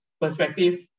perspective